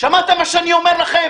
שמעת מה שאני אומר לכם?